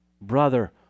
brother